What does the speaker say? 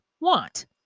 want